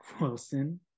Wilson